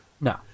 No